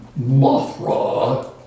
mothra